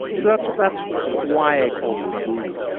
so that's why that's why i called them goons.